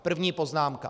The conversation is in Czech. První poznámka.